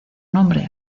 nombre